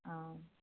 अ